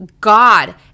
God